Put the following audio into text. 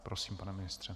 Prosím, pane ministře.